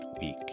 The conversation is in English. week